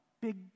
big